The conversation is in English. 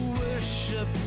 worship